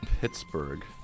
Pittsburgh